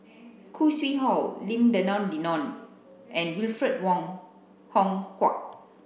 Khoo Sui Hoe Lim Denan Denon and Alfred Wong Hong Kwok